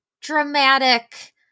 dramatic